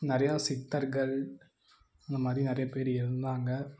நிறையா சித்தர்கள் இந்தமாதிரி நிறைய பேர் இருந்தாங்க